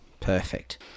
Perfect